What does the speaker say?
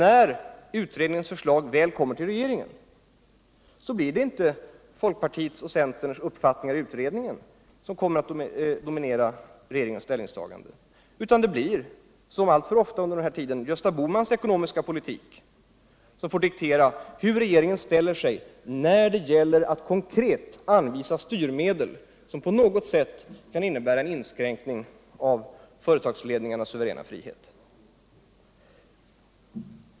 När utredningens förslag väl kommer till regeringen, blir det då så att folkpartiets och centerns uppfattningar inte dominerar regeringens ställningstagande utan att — som alltför ofta under den borgerliga regeringens tid — Gösta Boh mans ekonomiska politik får diktera regeringens ställningstagande när det gäller att konkret anvisa styrmedel, som på något sätt innebär en inskränkning i företagsledningarnas suveräna frihet?